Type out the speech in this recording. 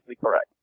correct